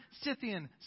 Scythian